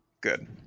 Good